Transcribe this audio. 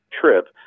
trip